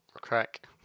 crack